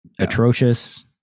atrocious